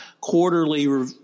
quarterly